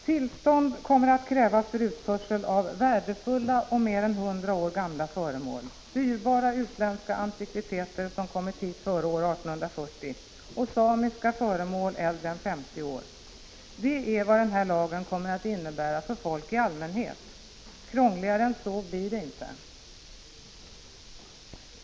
Tillstånd kommer att krävas för utförsel av värdefulla och mer än 100 år gamla föremål, dyrbara utländska antikviteter som kommit hit före år 1840 och samiska föremål äldre än 50 år — det är vad den här lagen kommer att innebära för folk i allmänhet. Krångligare än så blir det inte.